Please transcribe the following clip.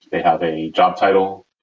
they have a job title.